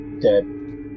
dead